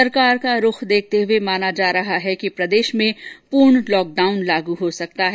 सरकार का रूख देखते हुए माना जा रहा है कि प्रदेश में पूर्ण लॉकडाउन लागू हो सकता है